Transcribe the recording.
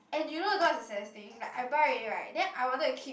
and you know know what's the saddest thing I buy already right then I wanted to keep